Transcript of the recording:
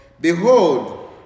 Behold